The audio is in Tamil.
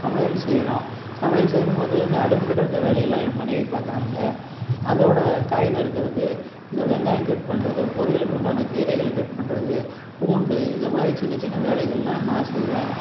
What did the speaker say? சமையல் செய்கிறோம் சமையல் செய்யும்போது அந்த அடுப்புக்கிட்டே இருக்கிற வேலையெல்லாம் என் மனைவி பாக்கிறாங்க அதோடு காய் நறுக்குறது இந்த வெங்காயம் கட் பண்ணுறது பொரியலுக்கு உண்டான கீரைகளை கட் பண்ணுறது பூண்டு இந்த மாதிரி சின்ன சின்ன வேலைகள்லாம் நான் செய்வேன்